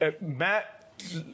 Matt